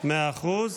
מאה אחוז.